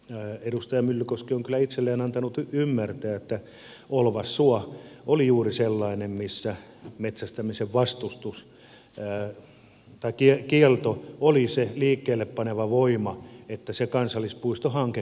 edustaja myllykoski on kyllä itselleen antanut ymmärtää että olvassuo oli juuri sellainen missä metsästämisen kielto oli se liikkeelle paneva voima että se kansallispuistohanke kariutui